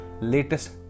latest